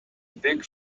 big